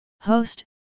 Host